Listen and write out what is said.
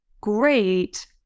great